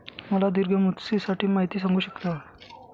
मला दीर्घ मुदतीसाठी माहिती सांगू शकता का?